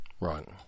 Right